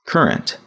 Current